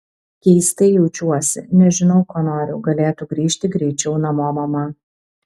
keistai jaučiuosi nežinau ko noriu galėtų grįžt greičiau namo mama